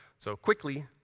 so, quickly,